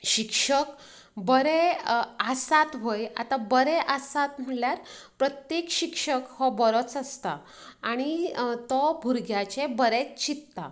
शिक्षक बरें आसात व्हय आता बरें आसात म्हणल्यार प्रत्येक शिक्षक हो बरोच आसता आनी तो भुरग्याचें बरेंच चिंतता